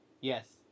Yes